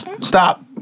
Stop